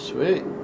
Sweet